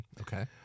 Okay